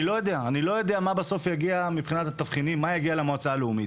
אני לא יודע מה בסוף יגיע מבחינת התבחינים למועצה הלאומית.